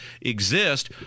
exist